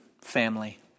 family